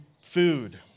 food